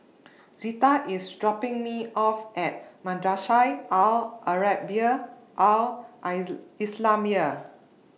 Zetta IS dropping Me off At Madrasah Al Arabiah Al I Islamiah